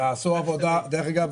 דרך אגב,